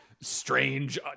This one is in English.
strange